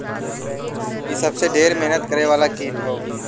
इ सबसे ढेर मेहनत करे वाला कीट हौ